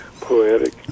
poetic